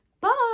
Bye